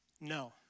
No